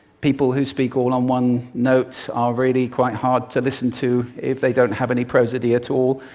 people who speak all on one note are really quite hard to listen to if they don't have any prosody at all.